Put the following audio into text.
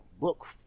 Book